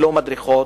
ללא מדרכות,